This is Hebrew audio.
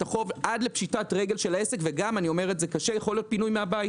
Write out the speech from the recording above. החוב עד פשיטת רגל של העסק ויכול להיות פינוי מהבית.